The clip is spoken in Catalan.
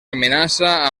amenaça